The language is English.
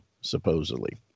Supposedly